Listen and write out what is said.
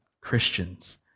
Christians